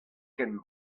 ken